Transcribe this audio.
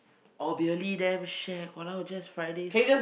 I'll be really damn shag !walao! just Friday